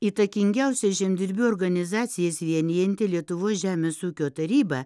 įtakingiausia žemdirbių organizacijas vienijanti lietuvos žemės ūkio taryba